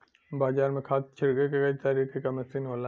बाजार में खाद छिरके के कई तरे क मसीन होला